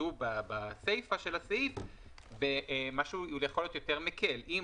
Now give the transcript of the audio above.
נקטו בסיפה של הסעיף במשהו יותר מקל - "אם